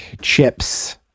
chips